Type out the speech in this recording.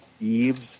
eaves